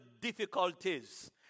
difficulties